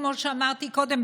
כמו שאמרתי קודם,